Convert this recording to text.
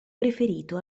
preferito